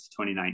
2019